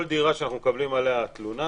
כל דירה שאנחנו מקבלים עליה תלונה